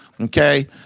Okay